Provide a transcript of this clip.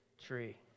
tree